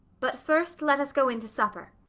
but first let us go in to supper.